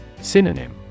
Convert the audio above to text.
Synonym